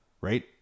Right